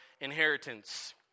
inheritance